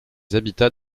habitats